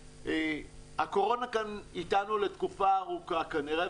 הקורונה כאן איתנו לתקופה ארוכה כנראה,